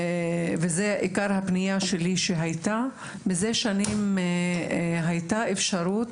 עיקר הפנייה שלי דיברה על זה שמזה שנים היתה אפשרות